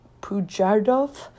Pujardov